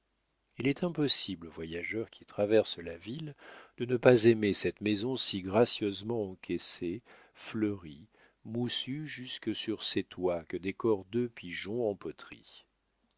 il est impossible au voyageur qui traverse la ville de ne pas aimer cette maison si gracieusement encaissée fleurie moussue jusque sur ses toits que décorent deux pigeons en poterie